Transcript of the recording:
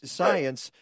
science –